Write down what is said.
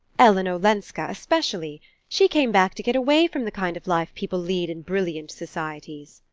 ellen olenska especially she came back to get away from the kind of life people lead in brilliant societies.